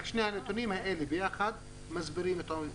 שני הנתונים האלה ביחד מסבירים את עומק הבעיה.